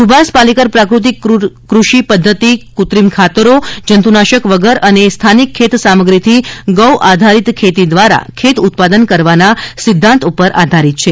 સુભાષ પાલેકર પ્રાકૃતિક ક્રષિ પદ્ધતિ ક્રત્રિમ ખાતરો જંતુનાશક વગર અને સ્થાનિક ખેત સામગ્રીથી ગો આધારિત ખેતી દ્વારા ખેત ઉત્પાદન કરવાના સિદ્વાંત ઉપર આધારિત છે